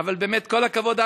באמת כל הכבוד,